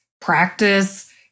practice